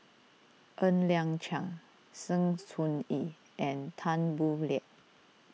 Ng Liang Chiang Sng Choon Yee and Tan Boo Liat